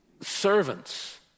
servants